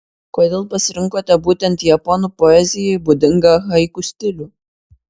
kodėl pasirinkote būtent japonų poezijai būdingą haiku stilių